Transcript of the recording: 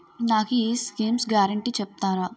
నాకు ఈ schemes guarantee చెప్తారా?